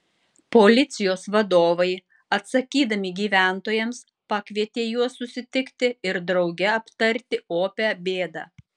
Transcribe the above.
policijos vadovai atsakydami gyventojams pakvietė juos susitikti ir drauge aptarti opią bėdą